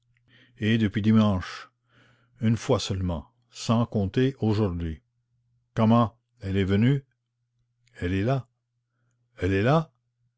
et depuis dimanche une fois seulement sans compter aujourd'hui comment elle est venue elle est là elle est là